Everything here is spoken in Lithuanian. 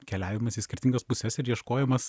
keliavimas į skirtingas puses ir ieškojimas